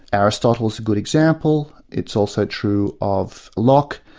aristotle's a good example, it's also true of locke.